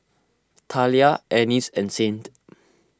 Talia Ennis and Saint